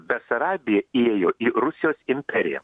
besarabija įėjo į rusijos imperiją